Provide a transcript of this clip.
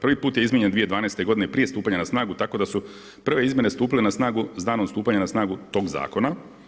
Prvi put je izmijenjen 2012. godine prije stupanja na snagu, tako da su prve izmjene stupile na snagu s danom stupanja na snagu tog zakona.